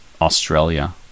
Australia